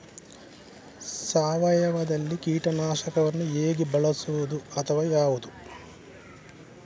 ಸಾವಯವದಲ್ಲಿ ಕೀಟನಾಶಕವನ್ನು ಹೇಗೆ ಬಳಸುವುದು ಅಥವಾ ಯಾವುದು?